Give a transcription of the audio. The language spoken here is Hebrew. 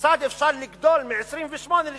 כיצד אפשר לגדול מ-28,000 ל-7,000?